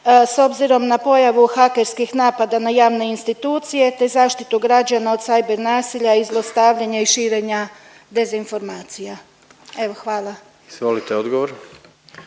s obzirom na pojavu hakerskih napada na javne institucije te zaštitu građana o cyber nasilja i zlostavljanja i širenja dezinformacija? Evo hvala. **Jandroković,